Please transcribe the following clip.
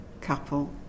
couple